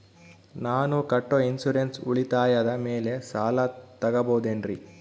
ನಾನು ಕಟ್ಟೊ ಇನ್ಸೂರೆನ್ಸ್ ಉಳಿತಾಯದ ಮೇಲೆ ಸಾಲ ತಗೋಬಹುದೇನ್ರಿ?